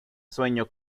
sueño